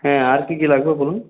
হ্যাঁ আর কি কি লাগবে বলুন